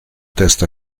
test